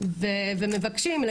ומבקשים את